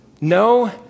no